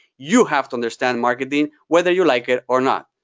you have to understand marketing whether you like it or not.